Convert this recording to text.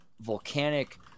volcanic